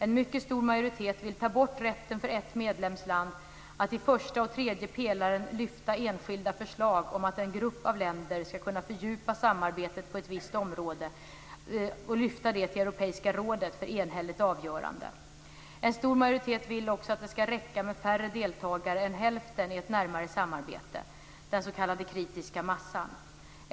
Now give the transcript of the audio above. En mycket stor majoritet vill ta bort rätten för ett medlemsland att i den första och tredje pelaren lyfta fram enskilda förslag om att en grupp av länder ska kunna fördjupa samarbetet på ett visst område och lyfta upp det till Europeiska rådet för enhälligt avgörande. En stor majoritet vill också att det ska räcka med färre deltagare än hälften i ett närmare samarbete - den s.k. kritiska massan.